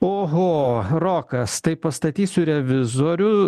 oho rokas tai pastatysiu revizorių